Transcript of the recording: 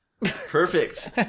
Perfect